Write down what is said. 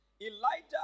Elijah